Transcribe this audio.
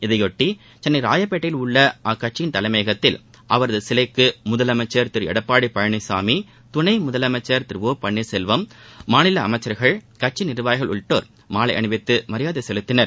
இதையொட்டி சென்னை ராயப்பேட்டையில் உள்ள அக்கட்சியின் தலைமையகத்தில் அவரது சிலைக்கு முதலமைச்சர் திரு எடப்பாடி பழனிசாமி துணை முதலமைச்சர் திரு பள்ளீர்செல்வம் மாநில அமைச்சர்கள் கட்சி நிர்வாகிகள் உள்ளிட்டோா் மாலை அணிவித்து மரியாதை செலுத்தினர்